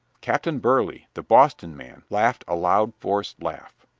captain burley the boston man laughed a loud, forced laugh.